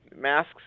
masks